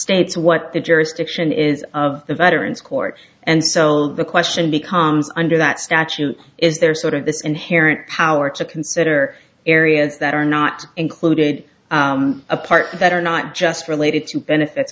states what the jurisdiction is of the veterans court and sell the question becomes under that statute is there sort of this inherent power to consider areas that are not included apart that are not just related to benefits